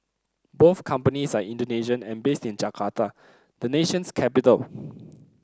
both companies are Indonesian and based in Jakarta the nation's capital